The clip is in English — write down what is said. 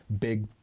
big